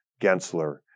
Gensler